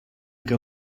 que